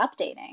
updating